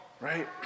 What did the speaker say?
right